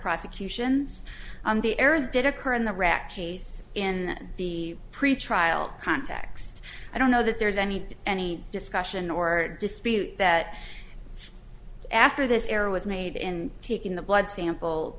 prosecutions on the errors did occur in the rock case in the pretrial context i don't know that there's any any discussion or dispute that after this error was made in taking the blood sample